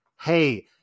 Hey